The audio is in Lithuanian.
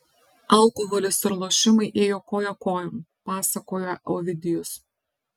alkoholis ir lošimai ėjo koja kojon pasakoja ovidijus